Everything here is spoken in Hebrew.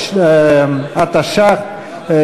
התש"ך,